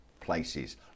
places